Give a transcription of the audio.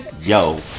Yo